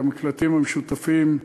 המקלטים המשותפים,